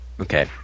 okay